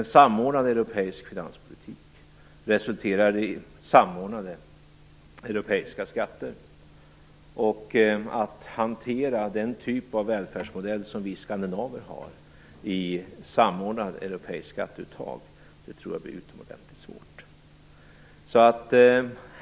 En samordnad europeisk finanspolitik resulterar i samordnade europeiska skatter, och att hantera den typ av välfärdsmodell som vi skandinaver har med samordnade europeiska skatteuttag tror jag blir utomordentligt svårt.